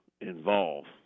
involved